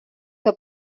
que